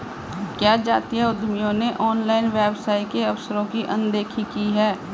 क्या जातीय उद्यमियों ने ऑनलाइन व्यवसाय के अवसरों की अनदेखी की है?